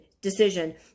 decision